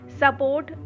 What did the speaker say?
support